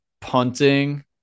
punting